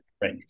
Right